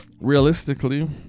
realistically